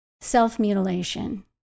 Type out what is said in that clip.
self-mutilation